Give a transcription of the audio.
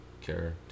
care